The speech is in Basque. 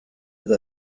eta